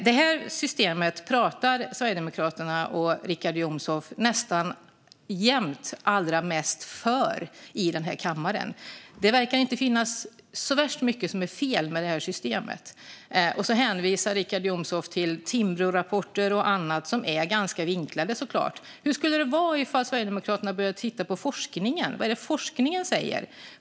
Det systemet talar Sverigedemokraterna och Richard Jomshof nästan jämt allra mest för i den här kammaren. Det verkar inte finnas värst mycket som är fel med det systemet. Richard Jomshof hänvisar till Timbrorapporter och annat som är ganska vinklade. Hur skulle det vara ifall Sverigedemokraterna började titta på forskningen och det forskningen säger?